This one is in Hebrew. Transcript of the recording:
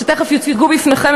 שתכף יוצגו בפניכם,